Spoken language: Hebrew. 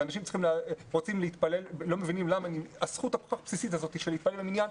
ואנשים לא מבינים למה נפגעת הזכות הבסיסית הזאת של להתפלל במניין.